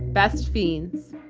best fiends.